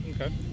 Okay